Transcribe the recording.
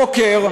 בבוקר,